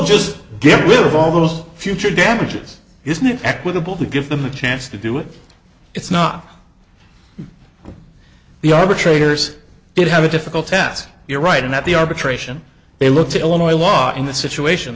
just get rid of all those future damages isn't it equitable to give them a chance to do it it's not the arbitrators it have a difficult task you're right in that the arbitration they look to illinois law in the situation